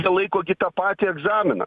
laiko gi tą patį egzaminą